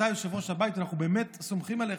אתה יושב-ראש הבית ואנחנו באמת סומכים עליך.